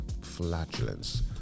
flatulence